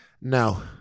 No